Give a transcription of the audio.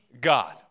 God